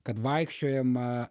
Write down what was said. kad vaikščiojama